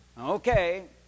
Okay